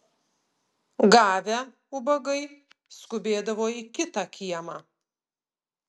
gavę ubagai skubėdavo į kitą kiemą